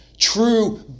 True